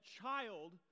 child